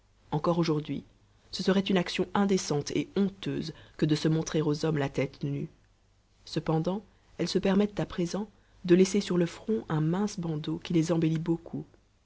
encore aujourd'hui ce serait une action indécente et honteuse que de se montrer aux hommes la tête nue cependant elles se permettent à présent de laisser sur le front un mince bandeau qui les embellit beaucoup